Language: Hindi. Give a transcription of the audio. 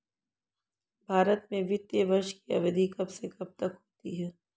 भारत में वित्तीय वर्ष की अवधि कब से कब तक होती है?